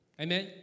Amen